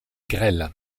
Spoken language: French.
grêle